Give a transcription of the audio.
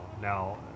Now